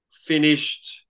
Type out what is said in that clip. finished